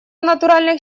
натуральных